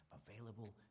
available